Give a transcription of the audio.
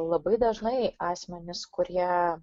labai dažnai asmenys kurie